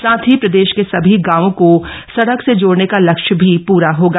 साथ ही प्रदेश के सभी गांवों को सड़क से जोड़ने का लक्ष्य भी पूरा होगा